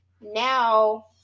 now